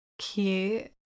cute